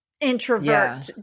introvert